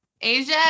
Asia